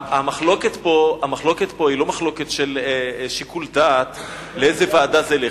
המחלוקת פה היא לא מחלוקת של שיקול דעת לאיזו ועדה זה ילך.